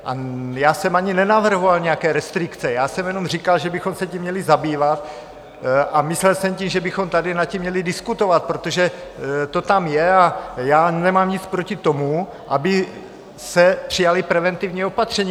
A já jsem ani nenavrhoval nějaké restrikce, já jsem jenom říkal, že bychom se tím měli zabývat, a myslel jsem tím, že bychom tady nad tím měli diskutovat, protože to tam je, a já nemám nic proti tomu, aby se přijala preventivní opatření.